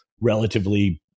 relatively